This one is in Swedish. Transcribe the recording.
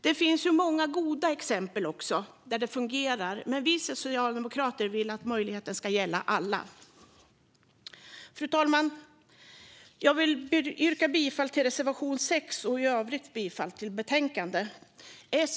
Det finns många goda exempel, där det fungerar, men vi socialdemokrater vill att möjligheten ska gälla alla. Fru talman! Jag vill yrka bifall till reservation 6. I övrigt yrkar jag bifall till utskottets förslag i betänkandet.